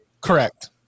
Correct